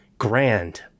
grand